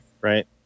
Right